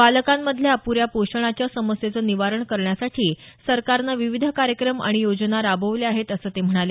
बालकांमधल्या अपुऱ्या पोषणाच्या समस्येचं निवारण करण्यासाठी सरकारनं विविध कार्यक्रम आणि योजना राबवल्या आहेत असं ते म्हणाले